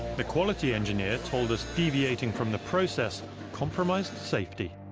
the quality engineer told us deviating from the process compromised safety.